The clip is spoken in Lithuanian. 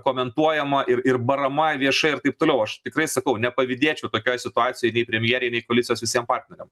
komentuojama ir ir barama viešai ir taip toliau aš tikrai sakau nepavydėčiau tokioj situacijoj nei premjerei nei koalicijos visiem partneriam